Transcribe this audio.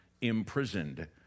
imprisoned